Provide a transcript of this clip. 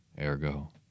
Ergo